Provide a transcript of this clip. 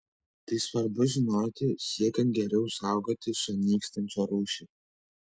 tai svarbu žinoti siekiant geriau saugoti šią nykstančią rūšį